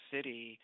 City